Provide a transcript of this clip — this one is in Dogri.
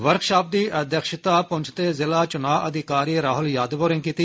वर्कशाप दी अध्यक्षता पुंछ दे जिला चुनां अधिकारी राहुल यादव होरें कीती